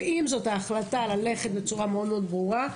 ועם זאת ההחלטה היא ללכת בצורה מאד מאד ברורה,